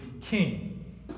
king